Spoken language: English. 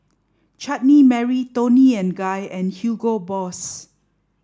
Chutney Mary Toni and Guy and Hugo Boss